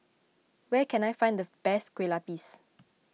where can I find the best Kue Lupis